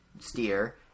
steer